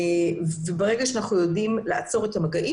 ברגע שאנחנו יודעים לעצור את המגעים